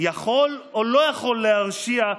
או לא יכול להרשיע,